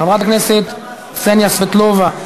חברת הכנסת קסניה סבטלובה,